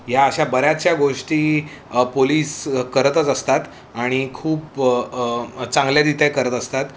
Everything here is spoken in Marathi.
या अशा बऱ्याचशा गोष्टी पोलीस करतच असतात आणि खूप चांगल्या तिथे करत असतात